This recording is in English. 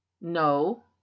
no